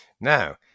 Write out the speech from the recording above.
Now